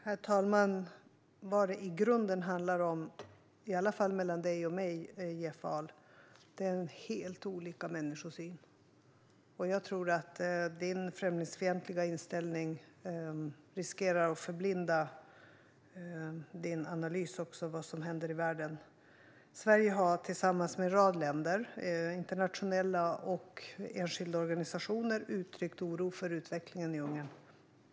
Herr talman! Vad det i grunden handlar om - i alla fall mellan dig och mig, Jeff Ahl - är helt olika människosyn. Jag tror att din främlingsfientliga inställning riskerar att förblinda din analys av vad som händer i världen. Sverige har tillsammans med en rad länder samt internationella och enskilda organisationer uttryckt oro för utvecklingen i Ungern.